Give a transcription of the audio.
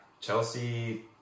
Chelsea